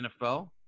NFL